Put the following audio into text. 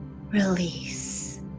release